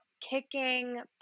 kicking